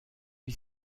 est